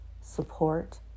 support